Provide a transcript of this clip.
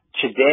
today